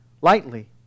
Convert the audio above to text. lightly